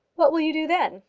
what will you do then?